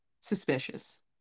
suspicious